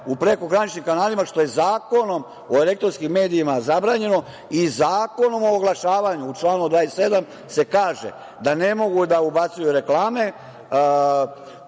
u prekograničnim kanalima, što je Zakonom o elektronskim medijima zabranjeno.U Zakonu o oglašavanju u članu 27. se kaže da ne mogu da ubacuju reklame